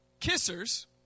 kissers